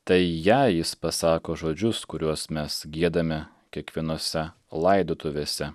tai jei jis pasako žodžius kuriuos mes giedame kiekvienose laidotuvėse